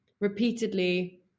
repeatedly